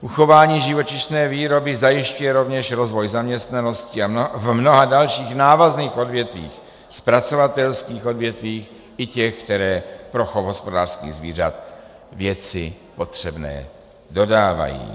Uchování živočišné výroby zajišťuje rovněž rozvoj zaměstnanosti v mnoha dalších návazných odvětvích, zpracovatelských odvětvích i těch, která pro chov hospodářských zvířat věci potřebné dodávají.